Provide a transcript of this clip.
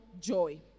joy